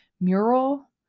mural